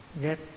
get